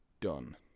done